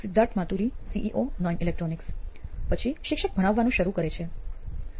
Siddharth Maturi CEO નોઇન electronics પછી શિક્ષક ભણાવવાનું શરૂ કરે છે